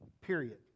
period